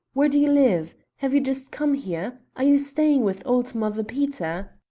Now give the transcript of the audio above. where do you live? have you just come here? are you staying with old mother peter?